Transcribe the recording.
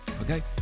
Okay